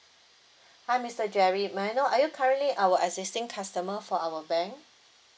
hi mister jerry may I know are you currently our existing customer for our bank